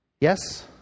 yes